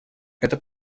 это